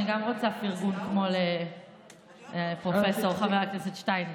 גם אני רוצה פרגון כמו לפרופ' חבר הכנסת שטייניץ.